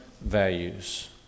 values